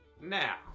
Now